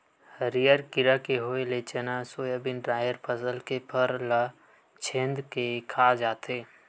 हरियर कीरा के होय ले चना, सोयाबिन, राहेर फसल के फर ल छेंद के खा जाथे